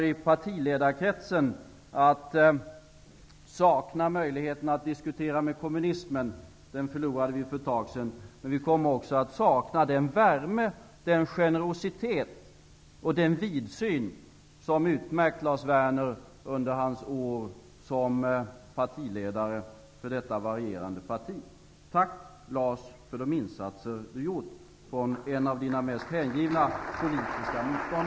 I partiledarkretsen kommer vi att sakna möjligheten att diskutera med kommunismen. Den förlorade vi för ett tag sedan. Vi kommer också att sakna den värme, den generositet och den vidsyn som utmärkt Lars Werner under hans år som partiledare för detta varierande parti. Tack Lars för de insatser du gjort, från en av dina mest hängivna politiska motståndare!